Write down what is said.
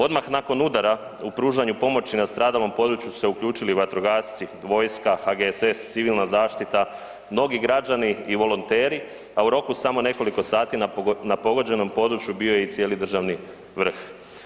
Odmah nakon udara u pružanju pomoći na stradalom području su se uključili vatrogasci, vojska, HGSS, civilna zaštita, mnogi građani i volonteri, a u roku samo nekoliko sati na pogođenom području bio je i cijeli državni vrh.